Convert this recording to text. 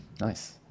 Nice